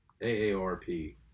A-A-R-P